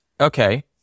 Okay